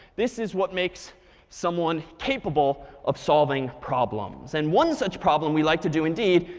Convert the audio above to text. this is what makes someone capable of solving problems. and one such problem we like to do, indeed,